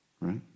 right